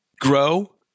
grow